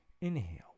Inhale